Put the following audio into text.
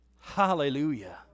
Hallelujah